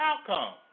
outcome